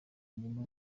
nibo